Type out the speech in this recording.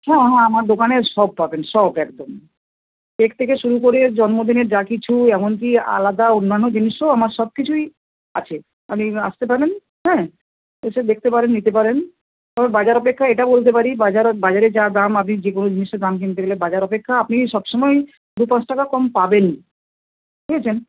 হ্যাঁ হ্যাঁ আমার দোকানে সব পাবেন সব একদম কেক থেকে শুরু করে জন্মদিনের যা কিছু এমনকি আলাদা অন্যান্য জিনিসও আমার সব কিছুই আছে আপনি আসতে পারেন হ্যাঁ এসে দেখতে পারেন নিতে পারেন তবে বাজার অপেক্ষা এটা বলতে পারি বাজারের যা দাম আপনি যে কোনো জিনিসের দাম কিনতে গেলে বাজার অপেক্ষা আপনি সব সময় দু পাঁচ টাকা কম পাবেনই বুঝেছেন